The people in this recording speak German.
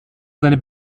seine